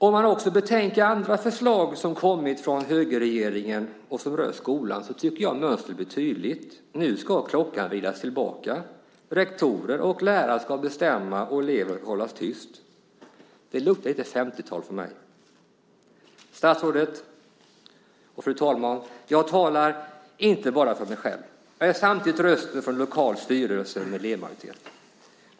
Om man betänker andra förslag som kommit från högerregeringen och som rör skolan tycker jag att mönstret blir tydligt. Nu ska klockan vridas tillbaka. Rektorer och lärare ska bestämma och elever hållas tysta. Det luktar lite 50-tal för mig. Statsrådet och fru talman! Jag talar inte bara för mig själv, jag är samtidigt en röst för lokala styrelser med elevmajoritet.